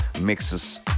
mixes